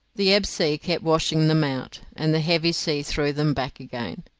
the ebb sea kept washing them out, and the heavy sea threw them back again,